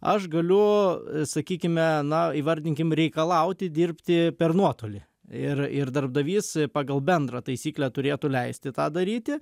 aš galiu sakykime na įvardinkim reikalauti dirbti per nuotolį ir ir darbdavys pagal bendrą taisyklę turėtų leisti tą daryti